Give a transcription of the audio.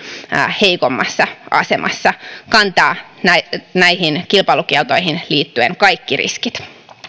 heikommassa asemassa kantaa näihin näihin kilpailukieltoihin liittyen kaikki riskit